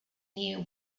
knew